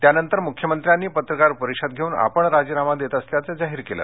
त्यानंतर मुख्यमंत्र्यांनी पत्रकार परिषद घेऊन आपण राजीनामा देत असल्याचं जाहीर केलं